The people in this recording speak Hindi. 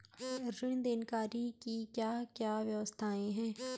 ऋण देनदारी की क्या क्या व्यवस्थाएँ हैं?